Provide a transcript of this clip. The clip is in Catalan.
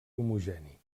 homogeni